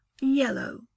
Yellow